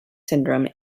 syndrome